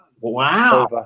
Wow